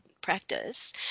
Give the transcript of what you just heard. practice